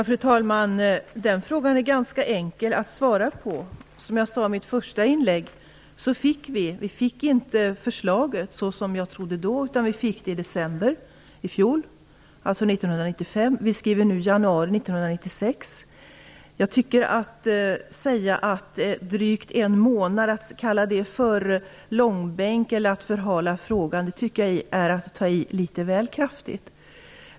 Fru talman! Den frågan är ganska enkel att svara på. Som jag sade i mitt första inlägg fick vi inte förslaget i juni, som jag trodde, utan vi fick det i december i fjol, alltså 1995. Vi skriver nu januari 1996. Att efter drygt en månad tala om långbänk eller förhalning av frågan är att ta i litet väl kraftigt.